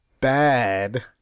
bad